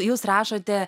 jūs rašote